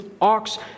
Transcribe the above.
ox